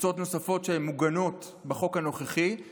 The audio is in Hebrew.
וקבוצות נוספות שמוגנות בחוק הנוכחי אל